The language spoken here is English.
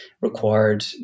required